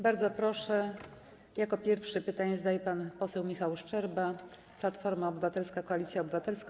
Bardzo proszę, jako pierwszy pytanie zadaje pan poseł Michał Szczerba, Platforma Obywatelska - Koalicja Obywatelska.